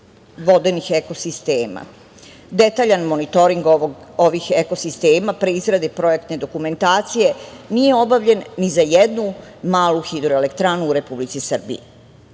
vodenih ekosistema. Detaljan monitoring ovih ekosistema pre izrade projektne dokumentacije nije obavljen ni za jednu malu hidroelektranu u Republici Srbiji. Ovim